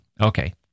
Okay